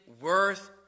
worth